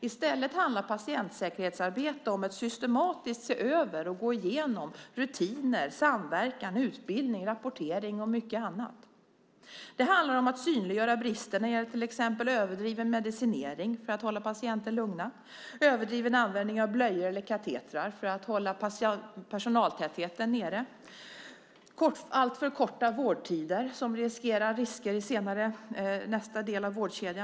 I stället handlar patientsäkerhetsarbete om att systematiskt se över och gå igenom rutiner, samverkan, utbildning, rapportering och mycket annat. Det handlar om att synliggöra brister när det gäller till exempel överdriven medicinering för att hålla patienter lugna eller överdriven användning av blöjor eller katetrar för att hålla personaltätheten nere. Det handlar om alltför korta vårdtider som kan leda till risker i nästa del av vårdkedjan.